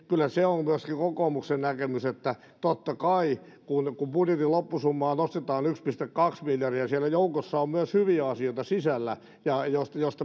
kyllä se on myöskin kokoomuksen näkemys että totta kai kun kun budjetin loppusumaa nostetaan yksi pilkku kaksi miljardia siellä joukossa on myös hyviä asioita sisällä joista